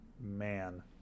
Man